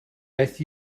beth